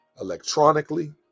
electronically